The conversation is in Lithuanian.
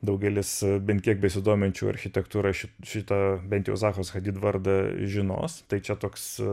daugelis bent kiek besidominčių architektūra ši šitą bent jau zahos hadid vardą žinos tai čia toks